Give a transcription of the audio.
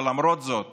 ולמרות זאת